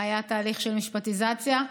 היה תהליך של משפטיזציה.